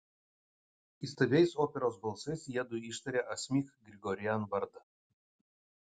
įstabiais operos balsais jiedu ištarė asmik grigorian vardą